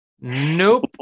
Nope